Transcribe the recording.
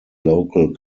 local